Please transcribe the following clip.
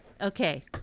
Okay